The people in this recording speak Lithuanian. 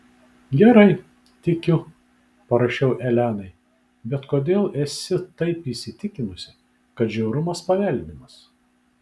gerai tikiu parašiau elenai bet kodėl esi taip įsitikinusi kad žiaurumas paveldimas